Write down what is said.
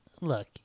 look